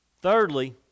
Thirdly